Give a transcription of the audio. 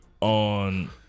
on